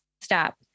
stop